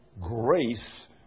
grace